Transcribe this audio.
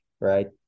right